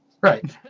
Right